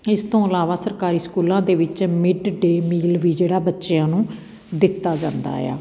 ਇਸ ਤੋਂ ਇਲਾਵਾ ਸਰਕਾਰੀ ਸਕੂਲਾਂ ਦੇ ਵਿੱਚ ਮਿਡ ਡੇ ਮੀਲ ਵੀ ਜਿਹੜਾ ਬੱਚਿਆਂ ਨੂੰ ਦਿੱਤਾ ਜਾਂਦਾ ਆ